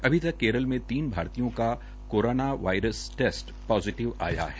अभी तक केरल में तीन भारतीय का करोना वायरस टेस्ट पाजिटिव आया है